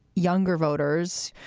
younger voters,